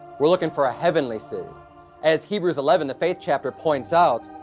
we're looking for a heavenly city as hebrews eleven, the faith chapter, points out,